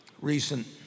recent